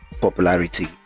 popularity